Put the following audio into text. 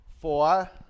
Four